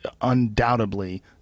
Undoubtedly